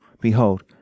behold